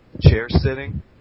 chair-sitting